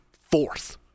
fourth